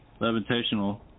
levitational